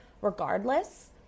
regardless